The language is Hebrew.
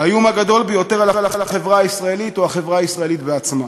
האיום הגדול ביותר על החברה הישראלית הוא החברה הישראלית עצמה.